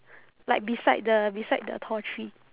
like beside the beside the tall tree